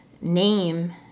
name